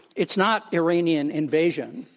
it's not iranian invasion.